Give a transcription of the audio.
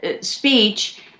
speech